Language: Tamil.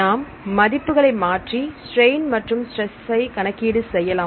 நாம் மதிப்புகளை மாற்றி ஸ்றைன் மற்றும் ஸ்ட்ரெஸ் ஐ கணக்கீடு செய்யலாம்